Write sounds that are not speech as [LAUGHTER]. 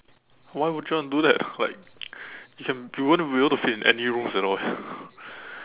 why would you want to do that like you can you won't be able to fit in any rooms at all eh [BREATH]